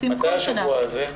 מתי השבוע הזה?